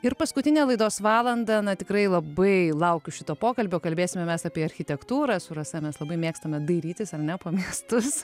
ir paskutinę laidos valandą na tikrai labai laukiu šito pokalbio kalbėsime mes apie architektūrą su rasa mes labai mėgstame dairytis ar ne po miestus